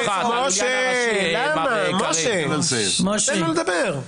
משה, תן לו לדבר.